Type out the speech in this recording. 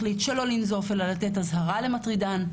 מחליט שלא לנזוף אלא לתת אזהרה למטרידן,